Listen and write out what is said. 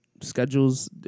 Schedules